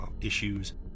issues